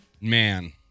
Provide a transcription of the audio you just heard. Man